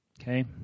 Okay